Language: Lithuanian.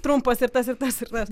trumpas ir tas ir tas ir tas